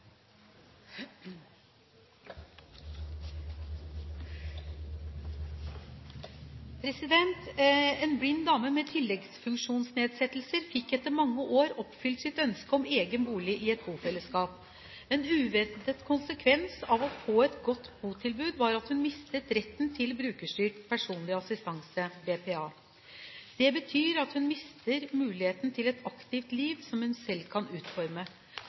bofellesskap. En uventet konsekvens av å få et godt botilbud var at hun mistet retten til brukerstyrt personlig assistanse, BPA. Det betyr at hun mister muligheten til et aktivt liv som hun selv kan utforme.